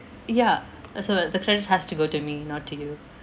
ya uh so the credit has to go to me not to you